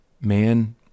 man